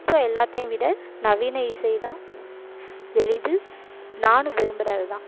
so எல்லாத்தையும் விட நவீன இசை தான் எளிது நானும் விரும்புவது தான்